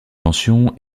pensions